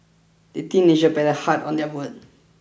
the teenager paddled hard on their boat